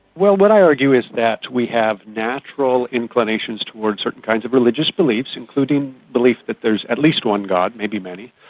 well, what i argue is that we have natural inclinations towards certain kinds of religious beliefs, including belief that there is at least one god, maybe many.